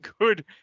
good